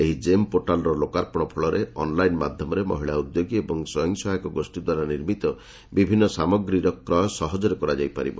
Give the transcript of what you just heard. ଏହି ଜେମ୍ ପୋର୍ଟାଲ୍ର ଲୋକାର୍ପଣ ଫଳରେ ଅନ୍ଲାଇନ୍ ମାଧ୍ୟମରେ ମହିଳା ଉଦ୍ୟୋଗୀ ଏବଂ ସ୍ୱୟଂସହାୟକ ଗୋଷୀ ଦ୍ୱାରା ନିର୍ମିତ ବିଭିନ୍ନ ସାମଗ୍ରୀଗୁଡ଼ିକର କ୍ରୟ ସହଜରେ କରାଯାଇ ପାରିବ